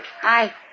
Hi